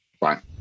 Bye